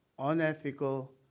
unethical